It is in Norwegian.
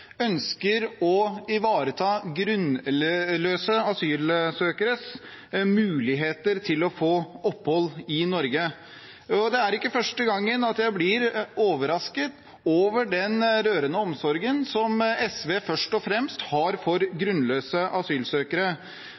ønsker å ivareta grunnløse asylsøkeres muligheter til å få opphold i Norge. Og det er ikke første gangen jeg blir overrasket over den rørende omsorgen SV først og fremst har for grunnløse asylsøkere.